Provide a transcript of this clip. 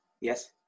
Yes